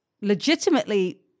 legitimately